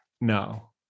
no